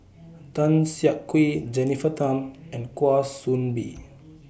Tan Siak Kew Jennifer Tham and Kwa Soon Bee